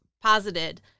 posited